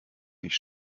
nicht